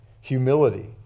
humility